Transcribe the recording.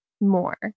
more